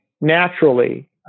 naturally